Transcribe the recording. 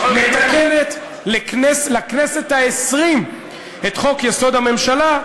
מתקנת לכנסת העשרים את חוק-יסוד: הממשלה,